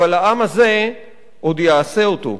אבל העם הזה עוד יעשה אותו,